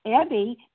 Abby